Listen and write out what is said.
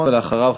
ואחריו,